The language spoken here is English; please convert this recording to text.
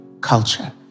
culture